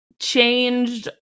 changed